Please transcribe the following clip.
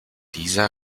dieser